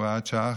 הוראת שעה,